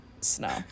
snow